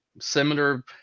Similar